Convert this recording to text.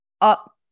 up